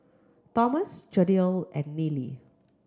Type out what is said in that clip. Tomas Jadiel and Nealy